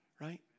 right